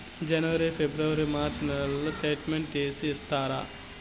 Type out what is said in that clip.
జనవరి, ఫిబ్రవరి, మార్చ్ నెలల స్టేట్మెంట్ తీసి ఇస్తారా?